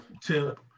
Tip